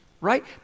right